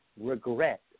regret